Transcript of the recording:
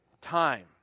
time